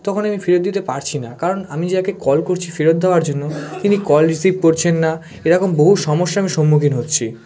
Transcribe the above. তখন আমি ফেরত দিতে পারছি না কারণ আমি যাকে কল করছি ফেরত দেওয়ার জন্য তিনি কল রিসিভ করছেন না এরকম বহু সমস্যা আমি সম্মুখীন হচ্ছি